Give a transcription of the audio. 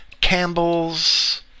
Campbell's